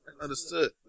understood